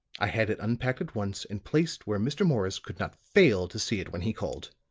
i had it unpacked at once and placed where mr. morris could not fail to see it when he called.